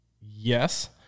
yes